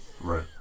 Right